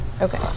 Okay